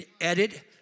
edit